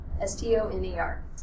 S-T-O-N-E-R